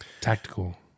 Tactical